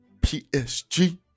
PSG